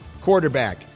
quarterback